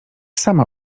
sama